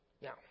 Now